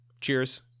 Cheers